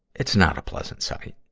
it's not a pleasant sight.